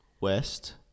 west